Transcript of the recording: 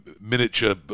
miniature